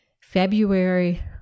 february